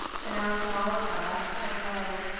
announcing all of wrath, and wo,